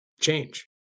change